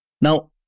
Now